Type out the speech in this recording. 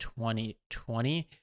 2020